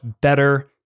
better